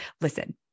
Listen